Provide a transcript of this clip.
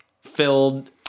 filled